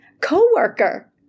coworker